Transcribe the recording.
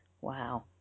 Wow